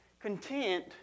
content